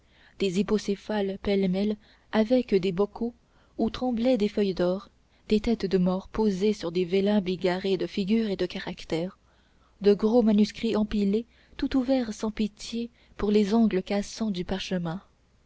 des hippocéphales pêle-mêle avec des bocaux où tremblaient des feuilles d'or des têtes de mort posées sur des vélins bigarrés de figures et de caractères de gros manuscrits empilés tout ouverts sans pitié pour les angles cassants du parchemin